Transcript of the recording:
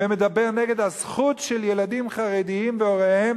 ומדבר נגד הזכות של ילדים חרדים והוריהם